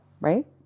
Right